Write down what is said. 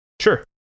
Sure